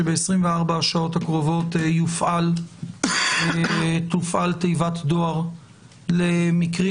שב-24 השעות הקרובות תופעל תיבת דואר למקרים